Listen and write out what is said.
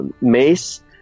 mace